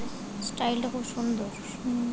সল্প মেয়াদি বিনিয়োগে সুদের হার কত?